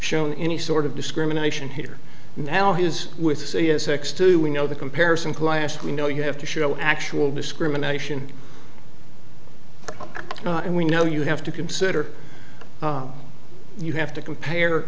shown any sort of discrimination here now is with sex too we know the comparison kalash we know you have to show actual discrimination and we know you have to consider you have to compare